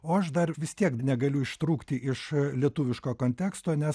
o aš dar vis tiek negaliu ištrūkti iš lietuviško konteksto nes